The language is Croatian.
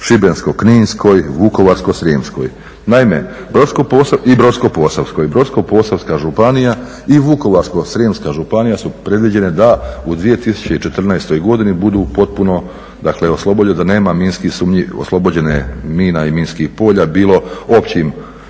Šibensko-kninskoj, Vukovarsko-srijemskoj i Brodsko-posavskoj. Brodsko-posavska županija i Vukovarsko-srijemska županija su predviđene da u 2014. godini budu potpuno oslobođene mina i minskih polja, bilo općim